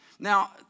Now